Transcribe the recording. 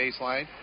baseline